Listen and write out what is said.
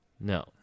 No